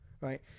right